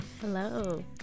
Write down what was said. Hello